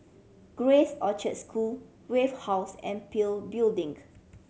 Grace Orchard School Wave House and PIL Building